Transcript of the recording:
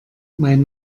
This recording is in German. mein